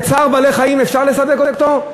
כצער בעלי-חיים אפשר לסווג אותו?